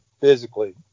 physically